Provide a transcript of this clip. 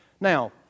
Now